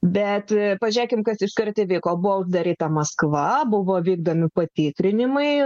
bet pažiūrėkime kas iš kart įvyko buvo uždaryta maskva buvo vykdomi patikrinimai